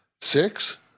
Six